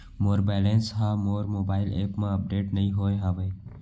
मोर balance हा मोर mobile app मा अपडेट नहीं होय हवे